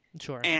Sure